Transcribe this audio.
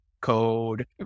code